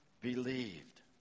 believed